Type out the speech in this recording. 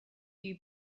you